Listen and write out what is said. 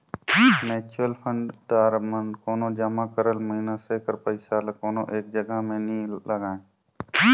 mutual fund दार मन कोनो जमा करल मइनसे कर पइसा ल कोनो एक जगहा में नी लगांए